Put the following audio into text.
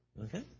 Okay